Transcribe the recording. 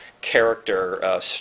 character